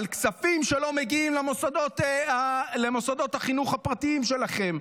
על כספים שלא מגיעים למוסדות החינוך הפרטיים שלכם.